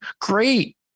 great